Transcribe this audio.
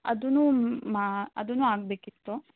ಅದೂನೂ ಮಾ ಅದೂನೂ ಆಗಬೇಕಿತ್ತು